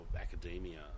academia